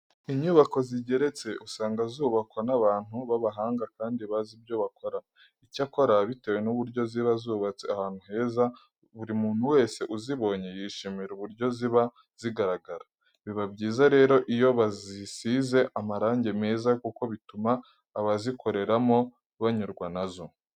Inyubako zigeretse usanga zubakwa n'abantu b'abahanga kandi bazi ibyo bakora. Icyakora bitewe n'uburyo ziba zubatse ahantu heza, buri muntu wese uzibonye yishimira uburyo ziba zigaragara. Biba byiza rero iyo bazisize amarange meza kuko bituma abazikoreramo banyurwa na zo.